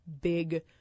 big